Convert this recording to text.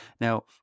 Now